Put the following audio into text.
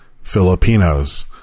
Filipinos